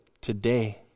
today